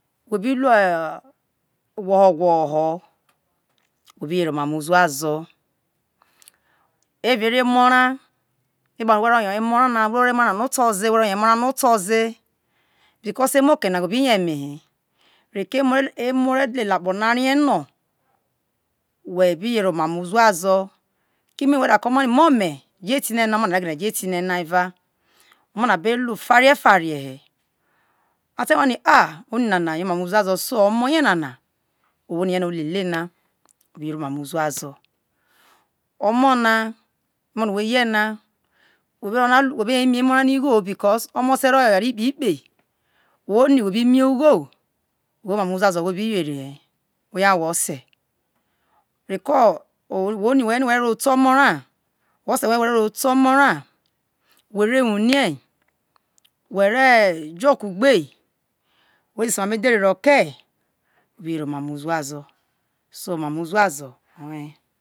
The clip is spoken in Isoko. webi luo gwoho gwoho we be yeri omamo uzuazo eva eria emo ra evao re ko whe oni we rie no were ro ero ro te omo ra whe ose we re ro ero ro te omo ra were wunie were jo kugbe we dhese emamo edhere iso ke wo bi yo oma mo uzuazu go ema mo uzuazu owe